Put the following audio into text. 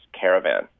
caravan